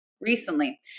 recently